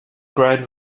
ground